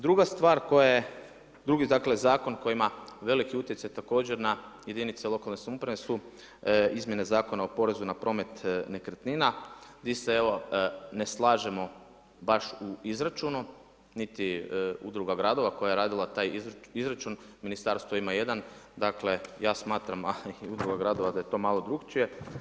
Druga stvar, koja je, drugi, dakle, zakon koji ima veliki utjecaj također na jedinice lokalne samouprave su izmjene zakona o porezu na promet nekretnina, gdje se ne slažemo baš u izračunu, niti Udruga gradova koja je radila taj izračun, Ministarstvo ima jedan, dakle, ja smatram, a i Udruga gradova da je to malo drukčije.